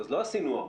אז לא עשינו הרבה.